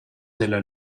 della